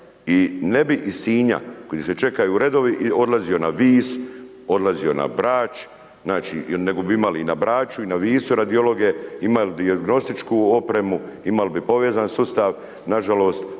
i ne bi iz Sinja gdje se čekaju redovi, odlazio na Vis, odlazio na Brač, nego bi imali na Braču i na Visu radiologe, imali bi dijagnostičku opremu, imali bi povezan sustav, nažalost